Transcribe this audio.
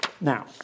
Now